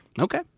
Okay